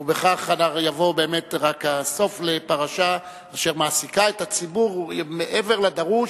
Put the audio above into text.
ובכך יבוא באמת הסוף לפרשה שמעסיקה את הציבור מעבר לדרוש.